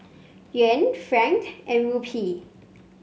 Yuan franc and Rupee